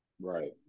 Right